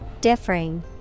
Differing